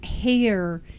hair